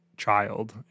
child